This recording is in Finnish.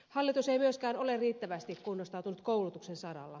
hallitus ei myöskään ole riittävästi kunnostautunut koulutuksen saralla